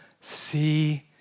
see